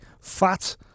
fat